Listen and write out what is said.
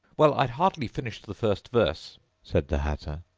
well, i'd hardly finished the first verse said the hatter,